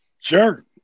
Sure